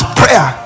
prayer